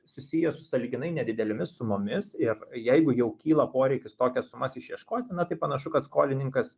susijęs su sąlyginai nedidelėmis sumomis ir jeigu jau kyla poreikis tokias sumas išieškoti na tai panašu kad skolininkas